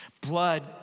Blood